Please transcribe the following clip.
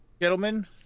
Gentlemen